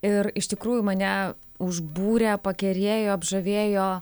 ir iš tikrųjų mane užbūrė pakerėjo apžavėjo